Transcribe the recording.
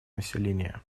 население